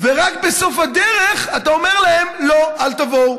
ורק בסוף הדרך אתה אומר להם: לא, אל תבואו,